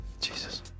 Jesus